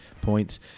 points